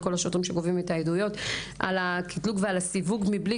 לכל השוטרים שגובים את העדויות על הקטלוג ועל הסיווג מבלי